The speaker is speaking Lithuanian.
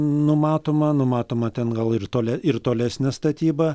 numatoma numatoma ten gal ir tole ir tolesnė statyba